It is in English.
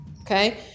okay